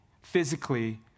physically